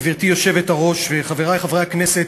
גברתי היושבת-ראש וחברי חברי הכנסת,